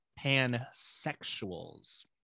Pansexuals